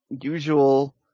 usual